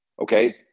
Okay